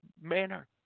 manner